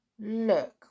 Look